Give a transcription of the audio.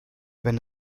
wenn